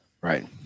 Right